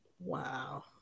wow